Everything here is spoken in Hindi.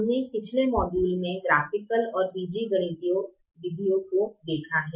हमने पिछले मॉड्यूल में ग्राफिकल और बीजगणितीय विधियों को देखा है